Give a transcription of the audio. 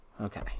Okay